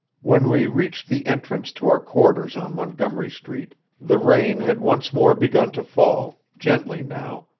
when we reached the entrance to our quarters on montgomery street the rain had once more begun to fall, gently now,